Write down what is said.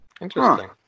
Interesting